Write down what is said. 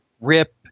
rip